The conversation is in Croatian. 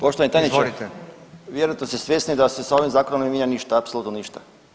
Poštovani tajniče vjerojatno ste svjesni da se s ovim zakonom ne mijenja ništa, apsolutno ništa.